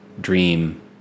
dream